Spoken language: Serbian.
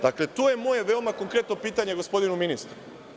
Dakle, to je moje veoma konkretno pitanje gospodinu ministru.